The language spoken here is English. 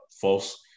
false